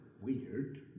weird